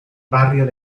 barrio